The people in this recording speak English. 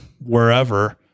Wherever